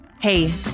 Hey